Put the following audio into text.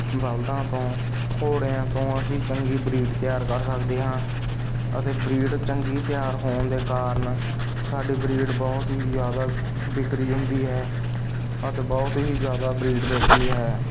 ਬਲਦਾਂ ਤੋਂ ਘੋੜਿਆਂ ਤੋਂ ਅਸੀਂ ਚੰਗੀ ਬਰੀਡ ਤਿਆਰ ਕਰ ਸਕਦੇ ਹਾਂ ਅਤੇ ਬਰੀਡ ਚੰਗੀ ਤਿਆਰ ਹੋਣ ਦੇ ਕਾਰਣ ਸਾਡੇ ਬਰੀਡ ਬਹੁਤ ਹੀ ਜ਼ਿਆਦਾ ਬਿਕਰੀ ਹੁੰਦੀ ਹੈ ਅਤੇ ਬਹੁਤ ਹੀ ਜ਼ਿਆਦਾ ਬਰੀਡ ਵਿਕਦੀ ਹੈ